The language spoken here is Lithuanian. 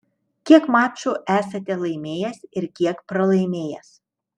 kiek mačų esate laimėjęs ir kiek pralaimėjęs